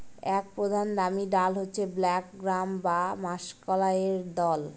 এক প্রধান দামি ডাল হচ্ছে ব্ল্যাক গ্রাম বা মাষকলাইর দল